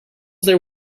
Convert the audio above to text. there